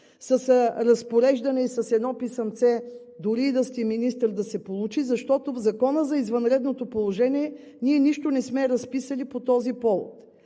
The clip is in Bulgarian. с разпореждане, с едно писъмце, дори и да си министър, да се получи. В Закона за извънредното положениение нищо не сме разписали по този повод.